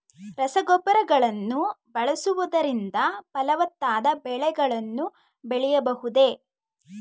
ರಸಗೊಬ್ಬರಗಳನ್ನು ಬಳಸುವುದರಿಂದ ಫಲವತ್ತಾದ ಬೆಳೆಗಳನ್ನು ಬೆಳೆಯಬಹುದೇ?